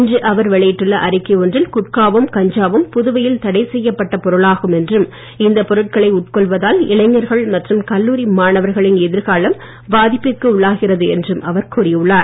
இன்று அவர் வெளியிட்டுள்ள அறிக்கை ஒன்றில் குட்காவும் கஞ்சாவும் புதுவையில் தடைசெய்யப்பட்ட பொருளாகும் என்றும் இந்த பொருட்களை உட்கொள்வதால் இளைஞர்கள் மற்றும் கல்லூரி பாதிப்பிற்குள்ளாகிறது என்றும் அவர் கூறியுள்ளார்